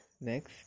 Next